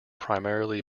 primarily